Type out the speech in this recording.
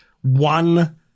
one